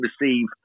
receive